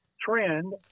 trend